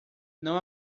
não